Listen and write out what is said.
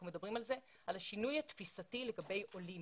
מדברים על כך של שינוי תפיסתי לגבי עולים